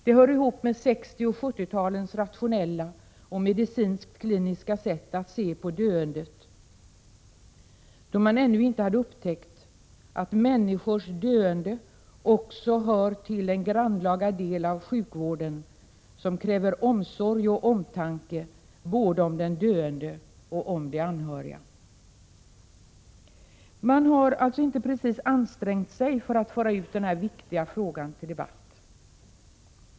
Det hör ihop med 60 och 70-talens rationella och medicinskt-kliniska sätt att se på döendet, då man ännu inte hade upptäckt att människors döende också hör till den grannlaga del av sjukvården som kräver omsorg och omtanke, om både den döende och de anhöriga. Man har alltså inte precis ansträngt sig för att föra ut den här viktiga frågan 1 till debatt.